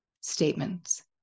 statements